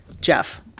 Jeff